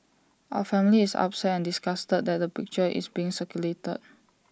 our family is upset and disgusted that the picture is being circulated